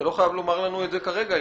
אתה לא חייב לומר לנו את זה כרגע.